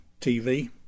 TV